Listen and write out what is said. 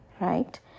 right